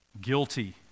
guilty